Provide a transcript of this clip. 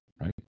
Right